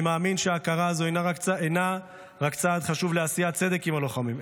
אני מאמין שההכרה הזו אינה רק צעד חשוב לעשיית צדק עם הלוחמים,